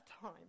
time